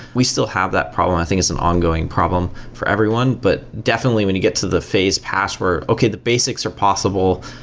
we still have that problem. i think it's an ongoing problem for everyone. but definitely when you get to the phase pass where, okay, the basics are possible.